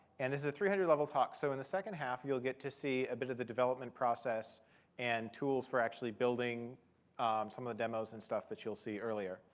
and this is a three hundred level talk. so in the second half, you'll get to see a bit of the development process and tools for actually building some of the demos and stuff that you'll see earlier.